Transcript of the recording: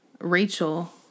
Rachel –